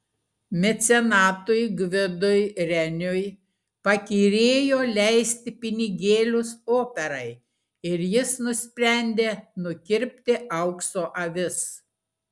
mecenatui gvidui reniui pakyrėjo leisti pinigėlius operai ir jis nusprendė nukirpti aukso avis